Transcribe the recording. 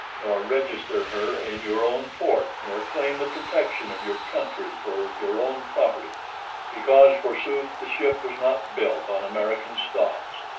nor register her in your own port, nor claim the protection of your country for your own property because, forsooth, the ship was not built on american stocks,